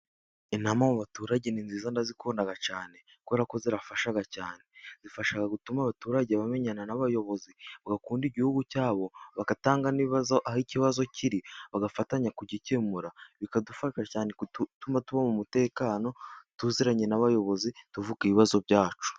Inama mu baturage ni nziza ndazikunda cyane, kubera ko zirafasha cyane. Zifasha gutuma abaturage bamenyana n'abayobozi, bagakunda Igihugu cyabo. Bagatanga n'ibibazo, aho ikibazo kiri bagafatanya kugikemura. Bikadufasha cyane gutuma tuba mu mutekano tuziranye n'abayobozi, tuvuga ibibazo byacu.